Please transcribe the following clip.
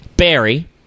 Barry